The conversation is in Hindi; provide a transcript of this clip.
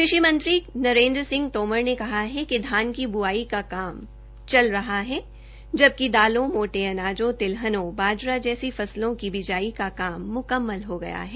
कृषि मंत्री नरेन्ग्र सिंह तोमर ने कहा कि धान की ब्आई का काम चल रहा है जबकि दालों मोटे अनाजों तिलहनों बाजरा जैस फसलें की ब्आई का काम मुकम्मल हो गया है